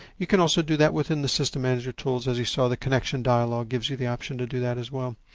you can also do that within the system management tools. as you saw, the connection dialog gives you the option to do that as well.